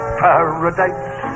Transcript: paradise